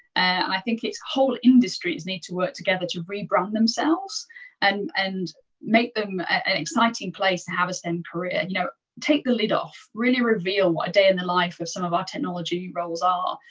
i think it's whole industries need to work together to rebrand themselves and and make them an exciting place to have a stem career. and you know take the lid off. really reveal what a day in the life for some of our technology roles are.